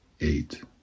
eight